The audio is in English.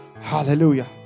Hallelujah